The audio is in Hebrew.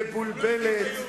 מבולבלת,